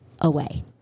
away